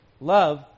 Love